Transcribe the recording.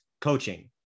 coaching